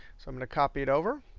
so i'm going to copy it over.